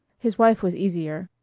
his wife was easier.